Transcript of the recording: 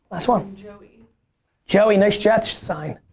last one. joey joey nice jets sign.